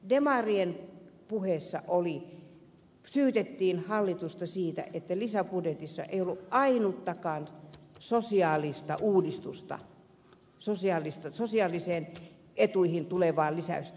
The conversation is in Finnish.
demarien puheessa syytettiin hallitusta siitä että lisäbudjetissa ei ollut ainuttakaan sosiaalista uudistusta sosiaalisiin etuihin tulevaa lisäystä